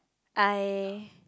I